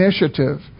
initiative